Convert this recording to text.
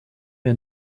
wir